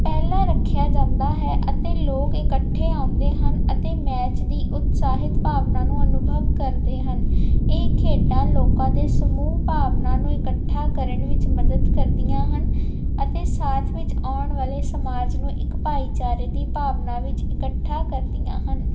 ਪਹਿਲਾਂ ਰੱਖਿਆ ਜਾਂਦਾ ਹੈ ਅਤੇ ਲੋਕ ਇਕੱਠੇ ਆਉਂਦੇ ਹਨ ਅਤੇ ਮੈਚ ਦੀ ਉਤਸ਼ਾਹਿਤ ਭਾਵਨਾ ਨੂੰ ਅਨੁਭਵ ਕਰਦੇ ਹਨ ਇਹ ਖੇਡਾਂ ਲੋਕਾਂ ਦੇ ਸਮੂਹ ਭਾਵਨਾ ਨੂੰ ਇਕੱਠਾ ਕਰਨ ਵਿੱਚ ਮਦਦ ਕਰਦੀਆਂ ਹਨ ਅਤੇ ਸਾਥ ਵਿੱਚ ਆਉਣ ਵਾਲੇ ਸਮਾਜ ਨੂੰ ਇੱਕ ਭਾਈਚਾਰੇ ਦੀ ਭਾਵਨਾ ਵਿੱਚ ਇਕੱਠਾ ਕਰਦੀਆਂ ਹਨ